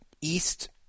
east